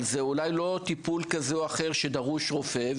אולי זה לא טיפול כזה או אחר שדרוש רופא.